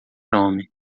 chrome